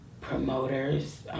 promoters